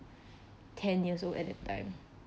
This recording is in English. ten-years-old also at that time